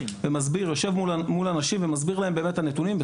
יושב מול אנשים ומסביר להם באמת את הנתונים.